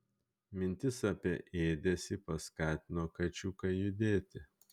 mintis apie ėdesį paskatino kačiuką judėti